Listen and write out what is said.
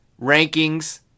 rankings